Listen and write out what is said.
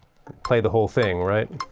play the whole thing, right?